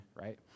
right